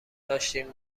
داشتیم